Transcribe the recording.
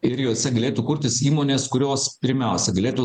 ir juose galėtų kurtis įmonės kurios pirmiausia galėtų